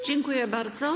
Dziękuję bardzo.